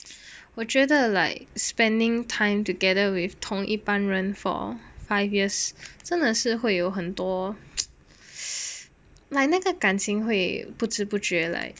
我觉得 like spending time together with 同一班人 for five years 真的是会有很多 like 那个感情会不知不觉 like